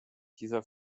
dieser